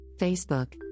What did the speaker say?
Facebook